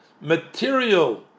material